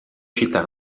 città